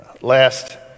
Last